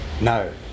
No